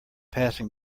passing